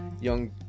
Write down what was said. young